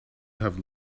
have